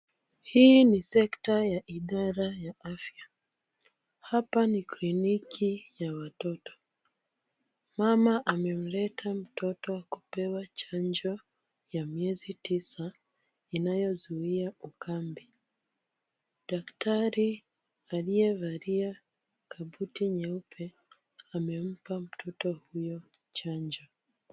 Hii ni sekta ya idara ya afya. Hapa ni kliniki ya watoto. Mama amemleta mtoto kupewa chanjo ya miezi tisa, inayozuia ukambe. Daktari aliyevalia kabuti nyeupe amempa mtoto huyo chanjo.